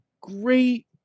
great